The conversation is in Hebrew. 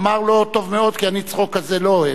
אמר לו: טוב מאוד, כי אני צחוק כזה לא אוהב.